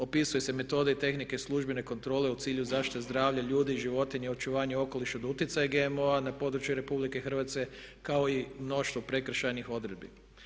Opisuju se metode i tehnike službene kontrole u cilju zaštite zdravlja ljudi i životinja i očuvanju okoliša do utjecaja GMO-a na području RH kao i mnoštvo prekršajni odredbi.